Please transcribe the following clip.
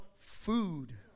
food